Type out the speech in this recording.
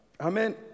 Amen